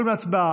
נתקבלה.